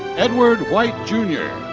edward white, jnr.